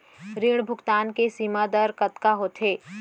ऋण भुगतान के सीमा दर कतका होथे?